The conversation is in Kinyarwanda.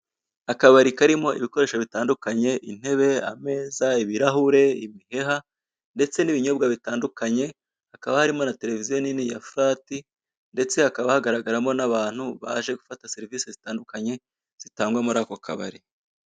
Akabari karimo ibikoresho bitandukanye intebe, ameza, ibirahure, imiheha ndetse n'ibinyobwa bitandukanye, hakaba harimo na televiziyo nini ya fulati ndetse hakaba hagaragaramo n'abantu baje gufata serivise zitandukanye zitangwa muri ako kabari.